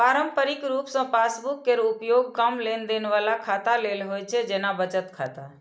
पारंपरिक रूप सं पासबुक केर उपयोग कम लेनदेन बला खाता लेल होइ छै, जेना बचत खाता